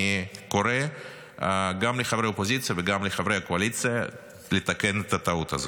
אני קורא גם לחברי האופוזיציה וגם לחברי הקואליציה לתקן את הטעות הזאת.